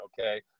Okay